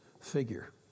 figure